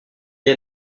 est